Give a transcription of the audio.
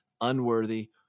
unworthy